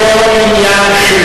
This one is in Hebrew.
אין כללי משחק,